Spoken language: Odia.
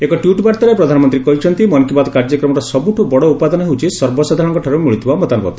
ଏକ ଟ୍ୱିଟ୍ ବାର୍ଭାରେ ପ୍ରଧାନମନ୍ତୀ କହିଛନ୍ତି ମନ୍ କି ବାତ୍ କାର୍ଯ୍ୟକ୍ରମର ସବୁଠୁ ବଡ ଉପାଦାନ ହେଉଛି ସର୍ବସାଧାରଣଙ୍କ ଠାରୁ ମିଳୁଥିବା ମତାମତ